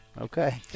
Okay